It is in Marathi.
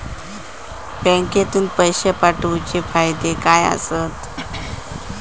बँकेतून पैशे पाठवूचे फायदे काय असतत?